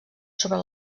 sobre